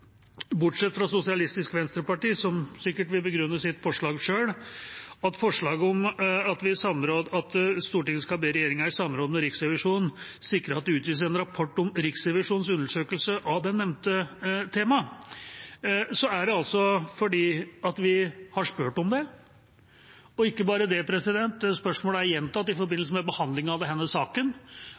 bortsett fra Sosialistisk Venstreparti, som sikkert selv vil begrunne sitt forslag om at Stortinget skal be regjeringa i samråd med Riksrevisjonen sikre at det utgis en rapport om Riksrevisjonens undersøkelse av det nevnte temaet – er det fordi vi har spurt om det. Og ikke bare det: Spørsmålet er gjentatt i forbindelse med behandlingen av denne saken,